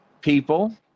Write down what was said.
People